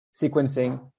sequencing